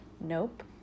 Nope